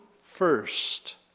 first